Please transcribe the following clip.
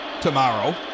tomorrow